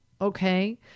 okay